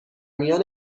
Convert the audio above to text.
میان